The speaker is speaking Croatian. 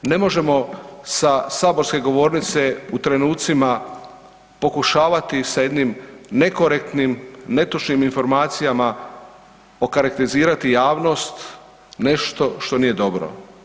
Ne možemo sa saborske govornice u trenucima pokušavati sa jednim nekorektnim, netočnim informacijama okarakterizirati javnost nešto što nije dobro.